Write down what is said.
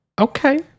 Okay